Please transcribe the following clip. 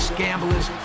gamblers